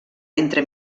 entre